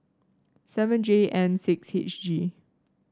seven J N six H G